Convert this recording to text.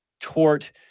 tort